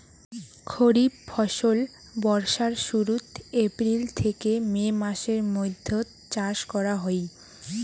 খরিফ ফসল বর্ষার শুরুত, এপ্রিল থেকে মে মাসের মৈধ্যত চাষ করা হই